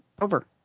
Over